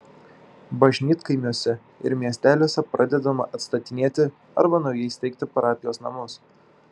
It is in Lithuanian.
bažnytkaimiuose ir miesteliuose pradedama atstatinėti arba naujai steigti parapijos namus